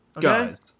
Guys